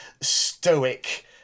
stoic